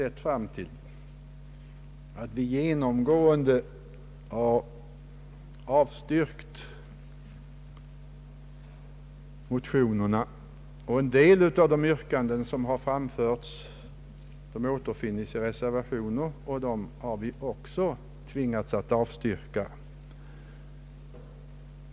Dess skäl har lett till att vi genomgående har avstyrkt motionerna. En del av de yrkanden som där framförts återfinns i reservationer, men de omfattas detta till trots av avstyrkandet.